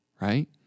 right